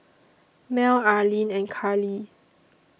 Mel Arline and Karly